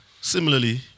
similarly